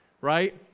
right